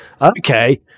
okay